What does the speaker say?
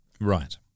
Right